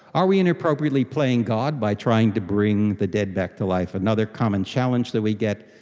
are we inappropriately playing god by trying to bring the dead back to life? another common challenge that we get.